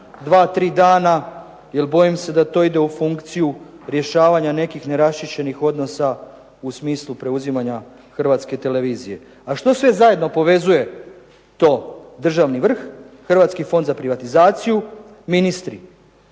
dva, tri dana. Jel bojim se da to ide u funkciju rješavanja nekih neraščišćenih odnosa u smislu preuzimanja Hrvatske televizije. A što sve zajedno povezuje, to državni vrh, Hrvatski fond za privatizaciju, ministri?